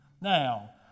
Now